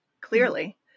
clearly